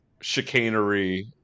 chicanery